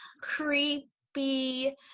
creepy